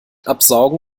absaugen